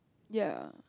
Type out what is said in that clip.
ya